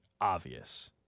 obvious